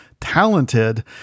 talented